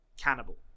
cannibal